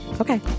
Okay